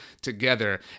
together